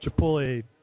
chipotle